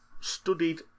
studied